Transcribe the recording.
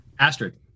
Astrid